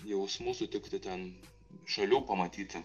jausmų sutikti ten šalių pamatyti